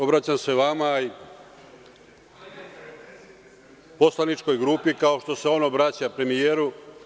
Obraćam se vama, poslaničkoj grupi, kao što se i on obraća premijeru.